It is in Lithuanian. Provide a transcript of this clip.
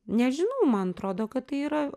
nežinau man atrodo kad tai yra